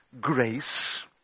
grace